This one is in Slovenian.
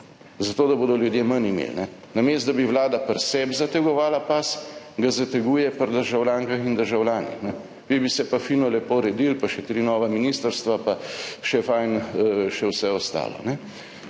zato, da bodo ljudje manj imeli. Namesto da bi Vlada pri sebi zategovala pas, ga zateguje pri državljankah in državljanih, vi bi se pa fino lepo redili, pa še tri nova ministrstva, pa še fajn še vse ostalo.